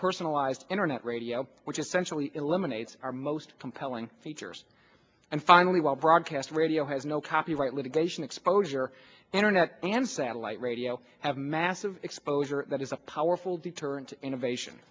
personalized internet radio which essentially eliminates our most compelling features and finally while broadcast radio has no copyright litigation exposure internet and satellite radio have massive exposure that is a powerful deterrent innovation